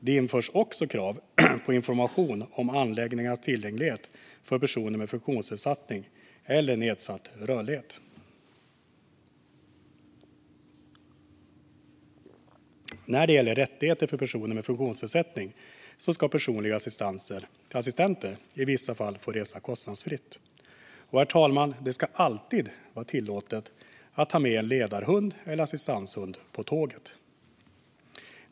Det införs också krav på information om anläggningars tillgänglighet för personer med funktionsnedsättning eller nedsatt rörlighet. När det gäller rättigheter för personer med funktionsnedsättning ska personliga assistenter i vissa fall få resa kostnadsfritt. Och, herr talman, det ska alltid vara tillåtet att ta med en ledar eller assistanshund på tåget.